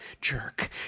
jerk